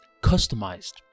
customized